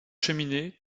cheminées